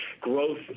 growth